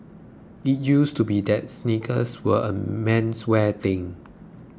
it used to be that sneakers were a menswear thing